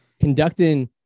conducting